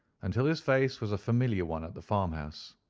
until his face was a familiar one at the farm-house.